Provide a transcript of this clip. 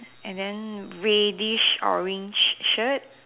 and then reddish orange shirt